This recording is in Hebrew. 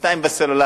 בינתיים זה בסלולרי.